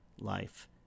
life